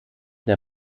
der